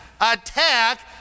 attack